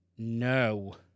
No